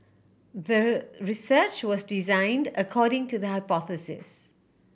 the research was designed according to the hypothesis